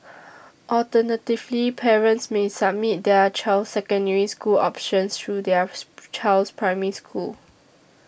alternatively parents may submit their child's Secondary School options through their child's Primary School